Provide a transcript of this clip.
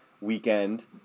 weekend